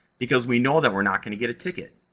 because we know that we're not going to get a ticket,